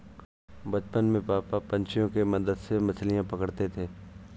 बचपन में पापा पंछियों के मदद से मछलियां पकड़ते थे